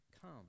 come